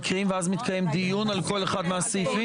מקריאים ואז מתקיים דיון על כל אחד מהסעיפים?